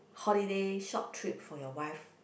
holiday short trip for your wife